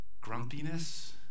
grumpiness